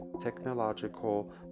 technological